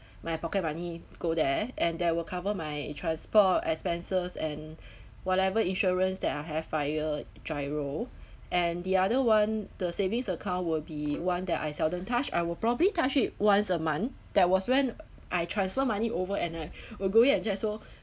my pocket money go there and they will cover my transport expenses and whatever insurance that I have fire GIRO and the other [one] the savings account will be one that I seldom touch I will probably touch it once a month that was when I transfer money over and I will go in and check so